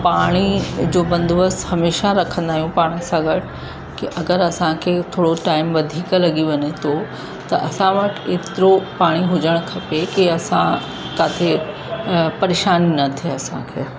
पाणी जो बंदोबस्तु हमेशह रखंदा आहियूं पाण सां गॾु कि अगरि असांखे थोरो टाइम वधीक लॻी वञे थो त असां वटि एतिरो पाणी हुजणु खपे कि असां किथे परेशानी न थिए असांखे